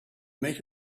make